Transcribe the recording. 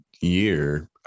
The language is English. year